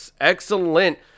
Excellent